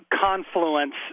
confluence